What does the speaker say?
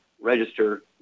Register